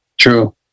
True